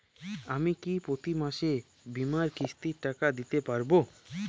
আমি কি প্রতি মাসে বীমার কিস্তির টাকা দিতে পারবো?